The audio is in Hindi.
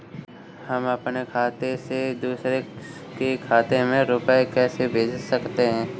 हम अपने खाते से दूसरे के खाते में रुपये कैसे भेज सकते हैं?